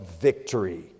victory